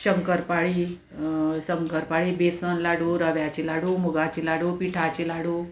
शंकरपाळी शंकरपाळी बेसन लाडू रव्याची लाडू मुगाची लाडू पिठाचे लाडू